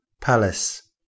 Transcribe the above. Palace